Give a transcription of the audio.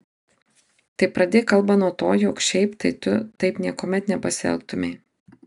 tai pradėk kalbą nuo to jog šiaip tai tu taip niekuomet nepasielgtumei